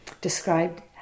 described